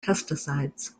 pesticides